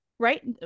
Right